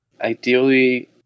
ideally